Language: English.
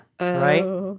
right